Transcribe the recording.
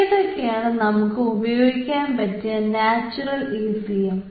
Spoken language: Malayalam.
ഏതൊക്കെയാണ് നമുക്ക് ഉപയോഗിക്കാൻ പറ്റിയ നാച്ചുറൽ ഈസിഎം